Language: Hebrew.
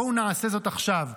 בואו נעשה זאת עכשיו,